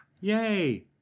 Yay